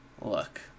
look